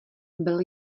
byl